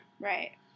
Right